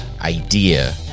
idea